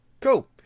cool